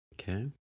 Okay